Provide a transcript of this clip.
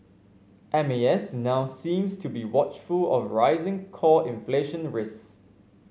M A S now seems to be watchful of rising core inflation risks